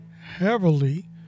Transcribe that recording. heavily